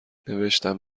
نوشتم